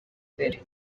mbere